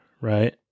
Right